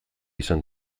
izan